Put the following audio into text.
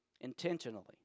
Intentionally